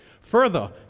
Further